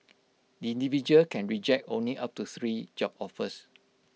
the individual can reject only up to three job offers